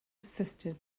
assisted